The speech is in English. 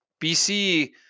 BC